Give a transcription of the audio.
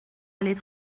aller